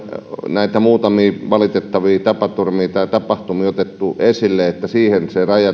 näitä muutamia valitettavia tapaturmia tai tapahtumia otettu esille että siihen se rajataan